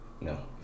No